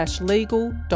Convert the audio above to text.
legal